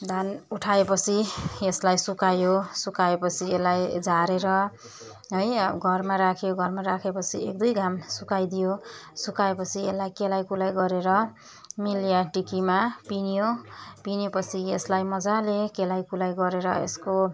धान उठाएपछि यसलाई सुकायो सुकाएपछि यसलाई झारेर है घरमा राख्यो घरमा राखेपछि एकदुई घाम सुकाइदियो सुकाएपछि यसलाई केलाइ कुलाई गरेर मिल या ढिकीमा पिँध्यो पिँधेपछि यसलाई मजाले केलाइ कुलाई गरेर यसको